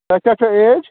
تۄہہِ کیٛاہ چھَو ایج